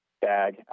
bag